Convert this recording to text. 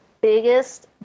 biggest